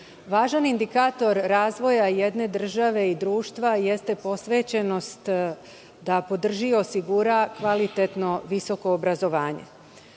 važan indikator razvoja jedne države i društva jeste posvećenost da podrži i osigura kvalitetno visoko obrazovanje.